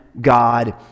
God